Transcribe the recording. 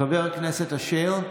חבר הכנסת אשר,